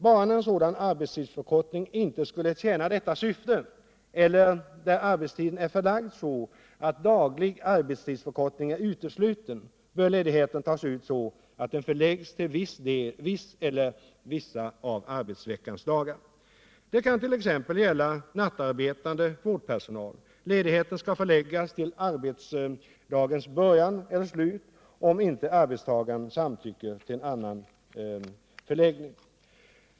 Bara när en sådan arbetstidsförkortning inte skulle tjäna detta syfte eler där arbetstiden är förlagd på sådant sätt att daglig arbetstidsförkortning är utesluten bör ledigheten tas ut så att den förläggs till viss eller vissa av arbetsveckans dagar. Det kan t.ex. gälla nattarbetande vårdpersonal. Ledigheten skall förläggas till arbetsdagens början eller slut om inte arbetstagaren samtycker till annan förläggning.